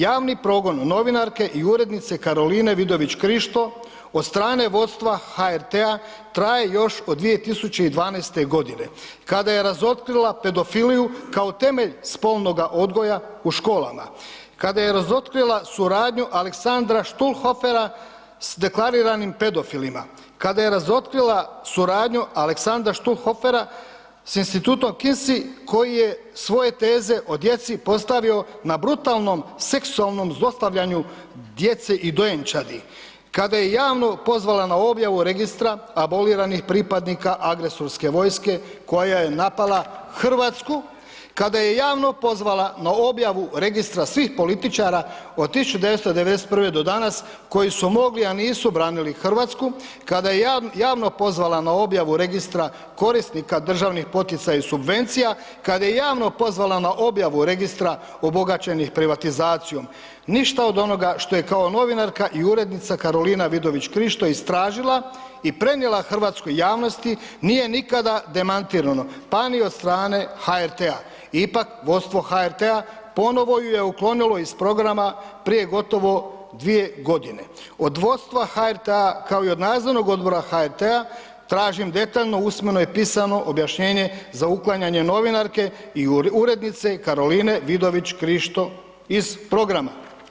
Javni progon novinarke i urednice Karoline Vidović Krišto od strane vodstva HRT-a traje još od 2012.g. kada je razotkrila pedofiliju kao temelj spolnoga odgoja u školama, kada je razotkrila suradnju Aleksandra Štulhofera s deklariranim pedofilima, kada je razotkrila suradnju Aleksandra Štulhofera s Institutom Kinsey koji je svoje teze o djeci postavio na brutalnom seksualnom zlostavljanju djece i dojenčadi, kada je javno pozvala na objavu registra aboliranih pripadnika agresorske vojske koja je napala RH, kada je javno pozvala na objavu registra svih političara od 1991. do danas koji su mogli, a nisu branili RH, kada je javno pozvala na objavu registra korisnika državnih poticaja i subvencija, kad je javno pozvala na objavu registra obogaćenih privatizacijom, ništa od onoga što je kao novinarka i urednica Karolina Vidović Krišto istražila i prenijela hrvatskoj javnosti nije nikada demantirano, pa ni od strane HRT-a, ipak vodstvo HRT-a ponovo ju je uklonilo iz programa prije gotovo 2.g. Od vodstva HRT-a kao i od nadzornog odbora HRT-a tražim detaljno usmeno i pisano objašnjenje za uklanjanje novinarke i urednice Karoline Vidović Krišto iz programa.